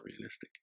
realistic